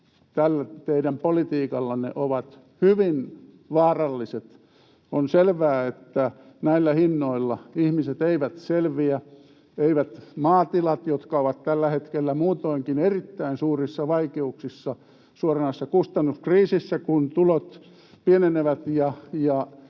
teidän politiikallanne ovat hyvin vaaralliset. On selvää, että näillä hinnoilla ihmiset eivät selviä, eivät maatilat, jotka ovat tällä hetkellä muutoinkin erittäin suurissa vaikeuksissa, suoranaisessa kustannuskriisissä, kun tulot pienenevät ja